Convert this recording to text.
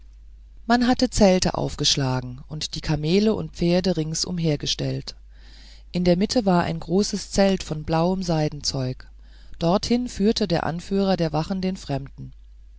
man hatte zelte aufgeschlagen und die kamele und pferde rings umhergestellt in der mitte war ein großes zelt von blauem seidenzeug dorthin führte der anführer der wache den fremden